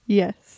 yes